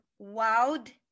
wowed